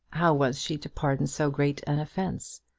how was she to pardon so great an offence?